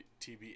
TBA